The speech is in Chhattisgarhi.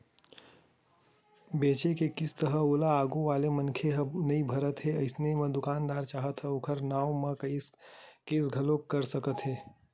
बचें के किस्त हे ओला आघू वाले मनखे ह नइ भरत हे अइसन म दुकानदार चाहय त ओखर नांव म केस घलोक कर सकत हे